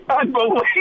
Unbelievable